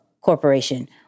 corporation